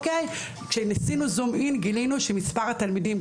כשניסינו זום אִין גילינו שמספר התלמידים,